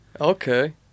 Okay